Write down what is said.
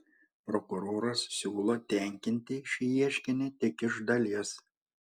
prokuroras siūlo tenkinti šį ieškinį tik iš dalies